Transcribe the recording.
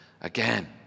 again